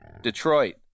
Detroit